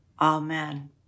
Amen